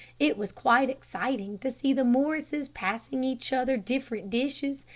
it was quite exciting to see the morrises passing each other different dishes,